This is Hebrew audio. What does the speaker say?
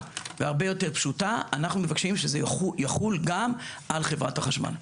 והרבה יותר פשוטה אנחנו מבקשים שזה יחול גם על חברת החשמל.